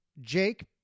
Jake